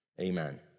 Amen